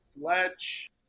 Fletch